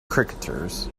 cricketers